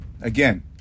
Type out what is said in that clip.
Again